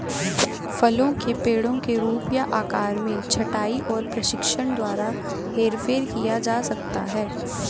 फलों के पेड़ों के रूप या आकार में छंटाई और प्रशिक्षण द्वारा हेरफेर किया जा सकता है